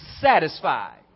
satisfied